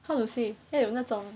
how to say 要有那种